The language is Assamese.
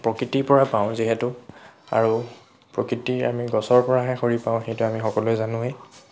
প্ৰকৃতিৰ পৰাই পাওঁ যিহেতু আৰু প্ৰকৃতিৰ আমি গছৰ পৰাহে খৰি পাওঁ সেইটো আমি সকলোৱে জানোৱেই